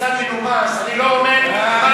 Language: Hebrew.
מכיוון שאני קצת מנומס אני לא אומר מה